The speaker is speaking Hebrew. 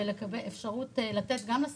יש כאן את מאיר יצחק הלוי שביחד נלחמנו